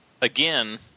again